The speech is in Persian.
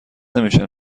نمیشن